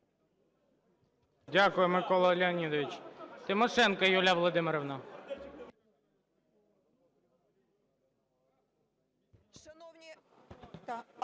Дякую, Микола Леонідович. Тимошенко Юлія Володимирівна.